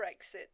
brexit